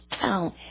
town